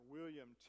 William